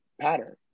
pattern